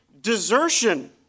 desertion